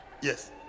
yes